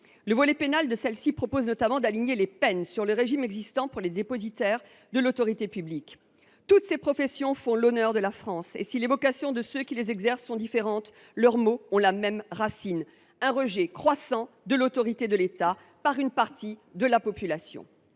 Le volet pénal de ce texte prévoit notamment d’aligner les peines encourues sur le régime existant pour les dépositaires de l’autorité publique. Toutes ces professions font l’honneur de la France et si les vocations de ceux qui les exercent sont différentes, leurs maux ont une même racine, à savoir le rejet croissant de l’autorité de l’État par une partie de la population.